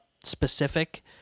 specific